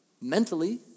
mentally